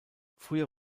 früher